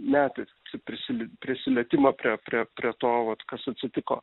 netektį prisil prisilietimą prie prie prie to vat kas atsitiko